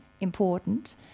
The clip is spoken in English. important